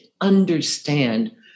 understand